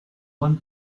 one